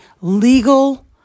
legal